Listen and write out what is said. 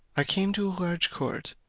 i came to a large court,